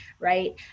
right